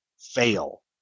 Fail